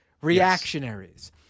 reactionaries